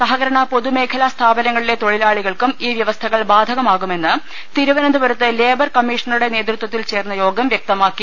സഹകരണ പൊതുമേഖലാ സ്ഥാപന ങ്ങളിലെ തൊഴിലാളികൾക്കും ഈ വൃവസ്ഥകൾ ബാധകമാകു മെന്ന് തിരുവനന്തപുരത്ത് ലേബർ കമ്മിഷണറുടെ നേതൃത്വത്തിൽ ചേർന്ന യോഗം വ്യക്തമാക്കി